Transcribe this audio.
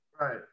Right